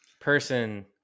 person